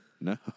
No